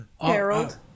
Harold